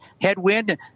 headwind